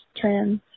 trans